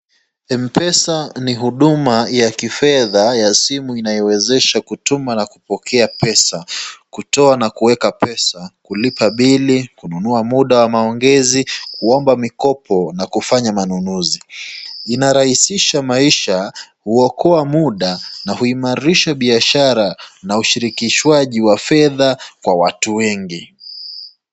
Mpesa ni huduma ya kifedha ya simu inayowezesha kutuma na kupokea pesa, kutoa na kuweka pesa, kulipa bili, kununua muda wa maongezi, kuomba mikopo na kufanya manunuzi. Inarahisisha maisha, huokoa muda na huimarisha biashara na ushirikishwaji wa fedha kwa watu wengi.